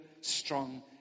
strong